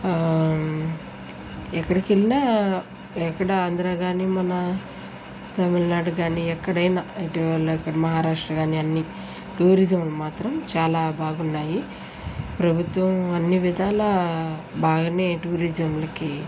ఎక్కడకి వెళ్ళినా ఎక్కడ ఆంధ్రా కాని మన తమిళనాడు కాని ఎక్కడైనా ఇటీవల అక్కడ మహారాష్ట్ర కాని అన్నీ టూరిజం మాత్రం చాలా బాగున్నాయి ప్రభుత్వం అన్ని విధాల బాగానే టూరిజంలకి